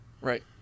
Right